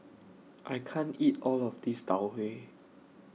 I can't eat All of This Tau Huay